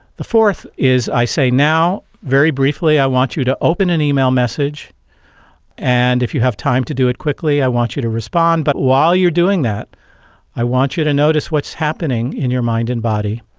the fourth is i say now very briefly i want you to open an email message and if you have time to do it quickly i want you to respond. but while you're doing that i want you to notice what's happening in your mind and body.